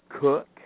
Cook